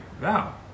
Wow